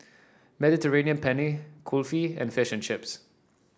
Mediterranean Penne Kulfi and Fish Chips